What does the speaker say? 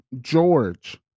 George